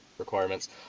Requirements